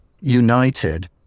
united